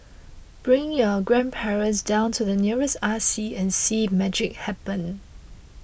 bring your grandparents down to the nearest R C and see magic happen